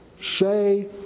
say